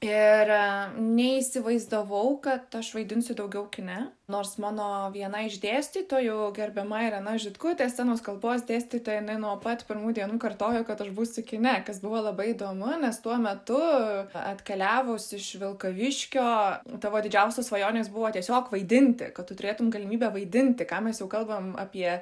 ir neįsivaizdavau kad aš vaidinsiu daugiau kine nors mano viena iš dėstytojų gerbiama irena žitkutė scenos kalbos dėstytoja nuo pat pirmų dienų kartojo kad aš būsiu kine kas buvo labai įdomu nes tuo metu atkeliavus iš vilkaviškio tavo didžiausios svajonės buvo tiesiog vaidinti kad tu turėtum galimybę vaidinti ką mes jau kalbam apie